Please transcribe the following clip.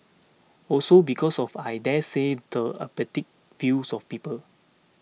also because of I daresay the apathetic views of people